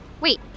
wait